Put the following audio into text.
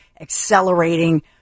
accelerating